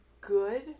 good